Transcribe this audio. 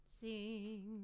Sing